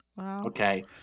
Okay